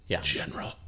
General